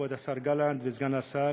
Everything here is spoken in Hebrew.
כבוד השר גלנט וסגן השר,